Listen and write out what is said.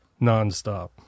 nonstop